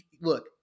look